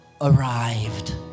arrived